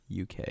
UK